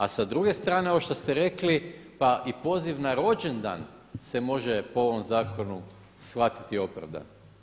A sa druge strane, ovo što ste rekli, pa i poziv na rođendan se može po ovom zakonu shvatiti opravdan.